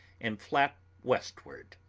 and flap westward.